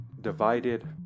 divided